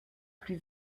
plus